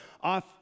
off